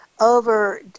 over